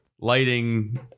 lighting